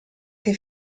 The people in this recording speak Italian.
che